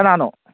ꯀꯅꯥꯅꯣ